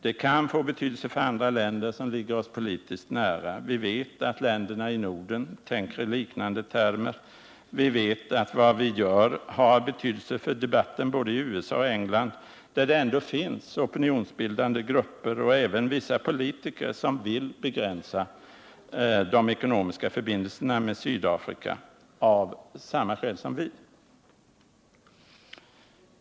Det kan få betydelse för andra länder, som ligger oss politiskt nära. Vi vet att länderna i Norden tänker i liknande termer. Vi vet att vad vi gör har betydelse för debatten i både USA och England, där det ändå finns opinionsbildande grupper och även vissa politiker som av samma skäl som vi vill begränsa de ekonomiska förbindelserna med Sydafrika.